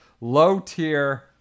low-tier